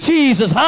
Jesus